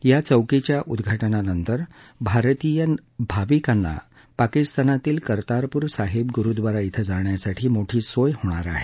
या चौकीच्या उद्घाटनानंतर भारतीय भाविकांना पाकिस्तानातील कर्तारपूर साहिब गुरुद्वारा क्रिं जाण्यासाठी मोठी सोय होणार आहे